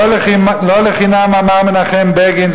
לא לחינם אמר מנחם בגין,